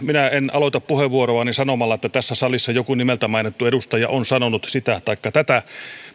minä en aloita puheenvuoroani sanomalla että tässä salissa joku nimeltä mainittu edustaja on sanonut sitä taikka tätä